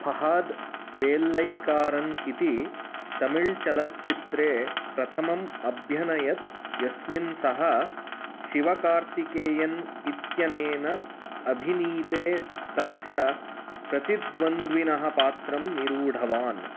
फहाद् वेलैक्कारन् इति तमिळ् चलच्चित्रे प्रथमम् अभ्यनयत् यस्मिन् सः शिवकार्तिकेयन् इत्यनेन अभिनीते तस्य प्रतिद्वन्द्विनः पात्रं निरूढवान्